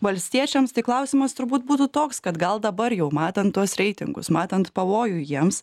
valstiečiams tai klausimas turbūt būtų toks kad gal dabar jau matant tuos reitingus matant pavojų jiems